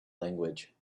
language